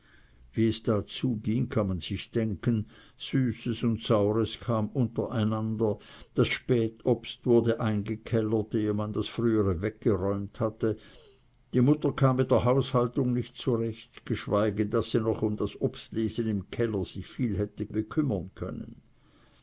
wie es da zuging kann man sich denken süßes und saures kam untereinander das spätobst wurde eingekellert ehe man das frühere weggeräumt hatte die mutter kam mit der haushaltung nicht zurecht geschweige daß sie noch um das obsterlesen im keller sich viel hätte bekümmern können